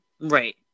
Right